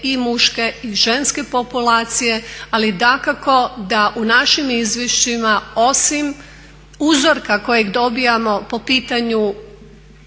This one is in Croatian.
i muške i ženske populacije ali dakako da u našim izvješćima osim uzorka kojeg dobivamo po pitanju